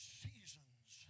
seasons